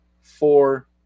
four